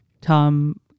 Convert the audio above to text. Tom